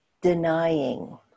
denying